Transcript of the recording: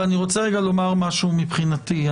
אבל אני רוצה לומר משהו מבחינתי.